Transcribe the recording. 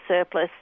surplus